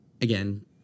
again